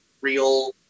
real